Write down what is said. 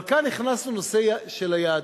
אבל כאן הכנסנו נושא של היהדות,